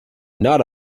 not